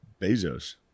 Bezos